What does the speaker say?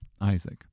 Isaac